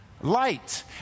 light